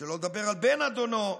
שלא לדבר על בן אדונו,